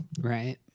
right